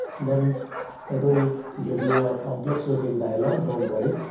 then it will give you a complex looking dialogue. don't worry.